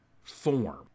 form